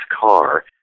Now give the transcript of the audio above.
car